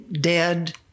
dead